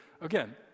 again